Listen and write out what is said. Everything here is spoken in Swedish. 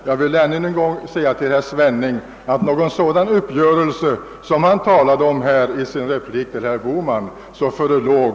Jag vill än en gång säga till herr Svenning att någon sådan uppgörelse som han talade om i sin replik till herr Bohman inte förelåg.